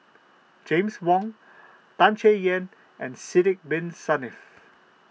James Wong Tan Chay Yan and Sidek Bin Saniff